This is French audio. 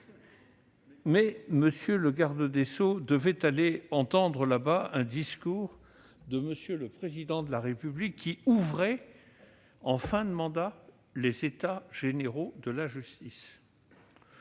était parti à Poitiers. Il devait aller entendre un discours de M. le Président de la République, qui ouvrait, en fin de mandat, les États généraux de la justice.